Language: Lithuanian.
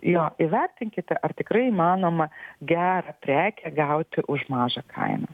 jo įvertinkite ar tikrai įmanoma gerą prekę gauti už mažą kainą